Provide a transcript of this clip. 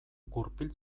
gurpil